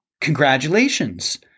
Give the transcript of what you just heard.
Congratulations